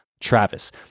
Travis